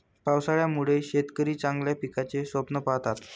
पावसाळ्यामुळे शेतकरी चांगल्या पिकाचे स्वप्न पाहतात